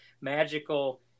magical